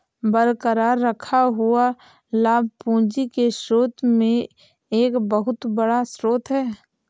बरकरार रखा हुआ लाभ पूंजी के स्रोत में एक बहुत बड़ा स्रोत है